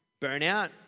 burnout